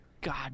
God